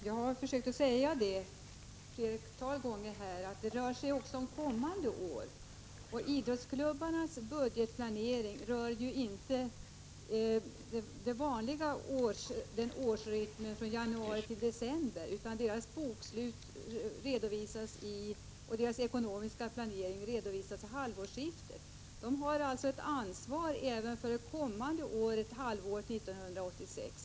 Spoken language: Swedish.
Herr talman! Jag har flertalet gånger försökt säga att det också rör sig om kommande år. Idrottsklubbarnas budgetplanering följer inte den vanliga årsrytmen, januari-december, utan deras bokslut och ekonomiska planering redovisas vid halvårsskiften. De har alltså ett ansvar även för det kommande budgetåret, som sträcker sig till halvårsskiftet 1986.